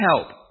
Help